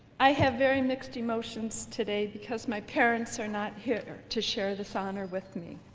i have very mixed emotions today because my parents are not here to share this honor with me.